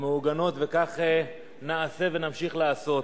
ומהוגנות וכך נעשה ונמשיך לעשות.